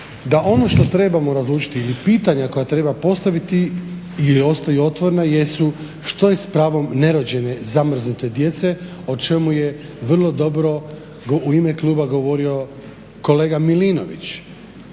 da ono što trebamo razlučiti i pitanja koja treba postaviti i ostaju otvorena jesu što je s pravom nerođene zamrznute djece o čemu je vrlo dobro u ime kluba govorio kolega Milinović.